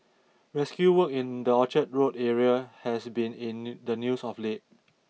rescue work in the Orchard Road area has been in new the news of late